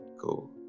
go